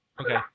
Okay